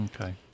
Okay